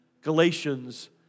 Galatians